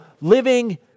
living